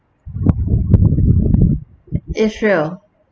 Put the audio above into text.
israel